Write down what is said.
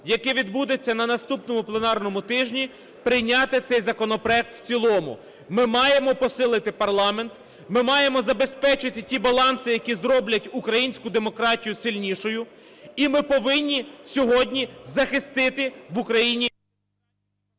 яке відбудеться на наступному пленарному тижні, прийняти цей законопроект в цілому. Ми маємо посили парламент, ми маємо забезпечити ті баланси, які зроблять українську демократію сильнішою. І ми повинні сьогодні захистити в Україні…